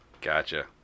gotcha